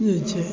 जे छै